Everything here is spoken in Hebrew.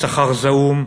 הם עובדים בשכר זעום,